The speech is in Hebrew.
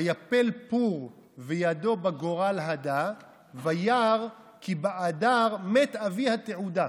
"ויפל פור וידו בגורל הדה / וירא כי באדר מת אבי התעודה.